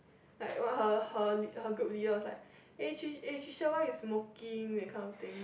like what her her group leader's was like eh Tricia why you smoking that kind of thing